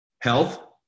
health